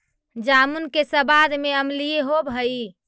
जामुन के सबाद में अम्लीयन होब हई